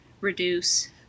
reduce